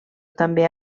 també